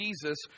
Jesus